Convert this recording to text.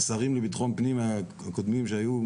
השרים לביטחון פנים הקודמים שהיו,